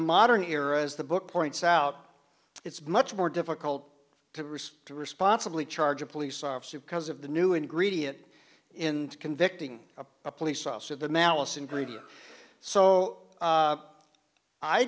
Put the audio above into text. the modern era as the book points out it's much more difficult to respond to responsibly charge a police officer because of the new ingredient in convicting a police officer the malice ingredient so